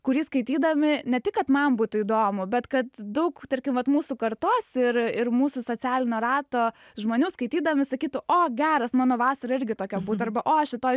kurį skaitydami ne tik kad man būtų įdomu bet kad daug tarkim vat mūsų kartos ir ir mūsų socialinio rato žmonių skaitydami sakytų o geras mano vasara irgi tokia arba o šitoj